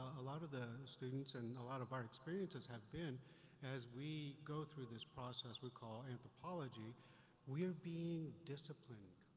a lot of the students and a lot of our experiences have been as we go through this process we call anthropology we are being disciplined.